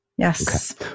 Yes